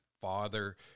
father